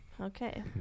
Okay